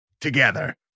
together